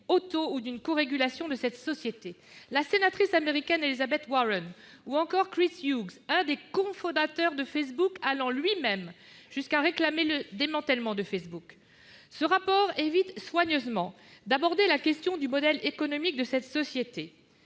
ou d'une corégulation de cette société. C'est le cas de la sénatrice Elizabeth Warren ou encore de Chris Hughes, un des cofondateurs de Facebook, qui va lui-même jusqu'à réclamer son démantèlement. Ce rapport évite soigneusement d'aborder la question du modèle économique de cette société.